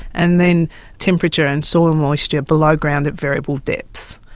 and then temperature and soil moisture below ground at variable depths.